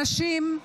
הנשים,